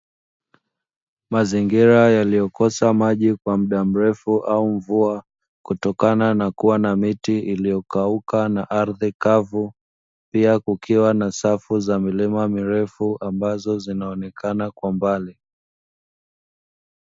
Mazingira yaliyokosa maji kwa muda mrefu au mvua, kutokana na kuwa na miti mingi iliyokauka na ardhi kavu pia kukiwa na safu za milima mirefu, ambazo zinaonekana kwa mbali.